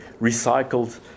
recycled